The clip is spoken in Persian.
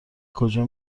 کجا